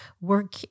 work